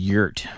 Yurt